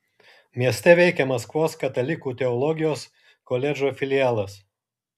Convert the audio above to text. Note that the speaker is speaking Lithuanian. mieste veikia maskvos katalikų teologijos koledžo filialas